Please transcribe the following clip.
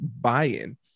buy-in